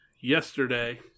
yesterday